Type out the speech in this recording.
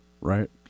Right